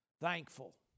thankful